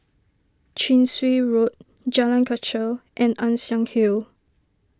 Chin Swee Road Jalan Kechil and Ann Siang Hill